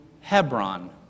Hebron